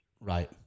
Right